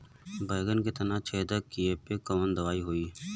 बैगन के तना छेदक कियेपे कवन दवाई होई?